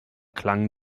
klang